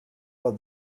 are